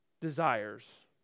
desires